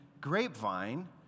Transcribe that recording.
grapevine